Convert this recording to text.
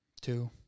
Two